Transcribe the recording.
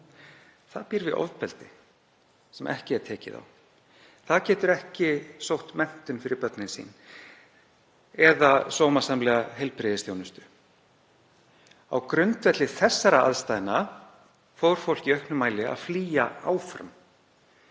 býr við ofbeldi sem ekki er tekið á. Það getur ekki sótt menntun fyrir börnin sín eða sómasamlega heilbrigðisþjónustu. Á grundvelli þeirra aðstæðna fór fólk í auknum mæli að flýja áfram